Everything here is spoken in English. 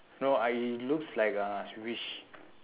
no I it looks like uh